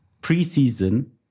pre-season